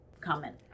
comment